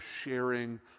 sharing